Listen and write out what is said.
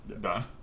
Done